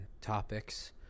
topics